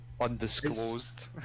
Undisclosed